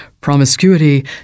promiscuity